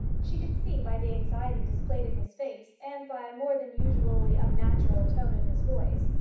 she could see by the anxiety displayed in his face, and by a more than usually unnatural tone in his voice,